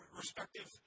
respective